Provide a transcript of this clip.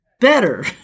better